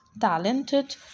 talented